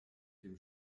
dem